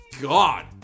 God